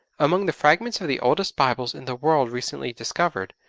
among the fragments of the oldest bibles in the world recently discovered,